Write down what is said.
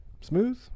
Smooth